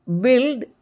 build